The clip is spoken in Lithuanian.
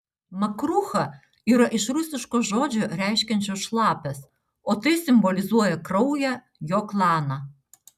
makrucha yra iš rusiško žodžio reiškiančio šlapias o tai simbolizuoja kraują jo klaną